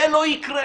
זה לא יקרה.